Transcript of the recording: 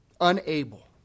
unable